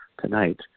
tonight